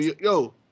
Yo